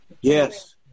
Yes